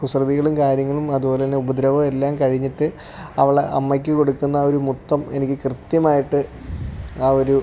കുസൃതികളും കാര്യങ്ങളും അതുപോലെ തന്നെ ഉപദ്രവം എല്ലാം കഴിഞ്ഞിട്ട് അവള് അമ്മക്ക് കൊടുക്കുന്ന ഒര് മുത്തം എനിക്ക് കൃത്യമായിട്ട് ആ ഒരു